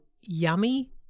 yummy